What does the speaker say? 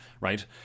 right